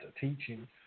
teaching